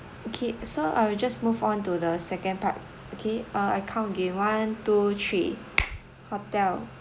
okay so I will just move on to the second part okay uh I count again one two three hotel